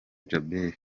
djabel